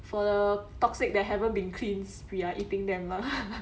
for the toxic that haven't been cleans we are eating them lah